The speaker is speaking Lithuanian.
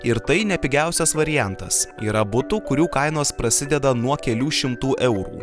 ir tai ne pigiausias variantas yra butų kurių kainos prasideda nuo kelių šimtų eurų